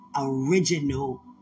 original